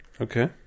Okay